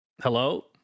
hello